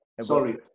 Sorry